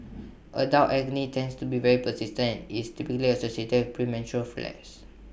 adult acne tends to be very persistent IT is typically associated premenstrual flares